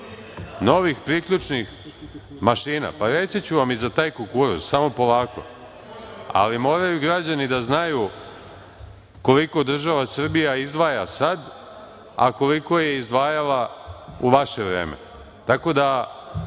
novih priključnih mašina, pa reći ću i za taj kukuruz, samo polako, ali moraju građani da znaju koliko država Srbija izdvaja sada, a koliko je izdvajala u vaše vreme, tako da